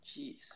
Jeez